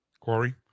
Corey